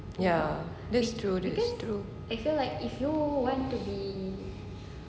ya that's true that's true